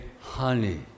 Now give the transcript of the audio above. honey